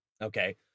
Okay